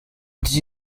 ati